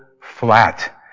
flat